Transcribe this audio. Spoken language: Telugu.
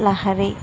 లహరి